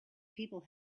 people